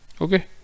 okay